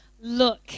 Look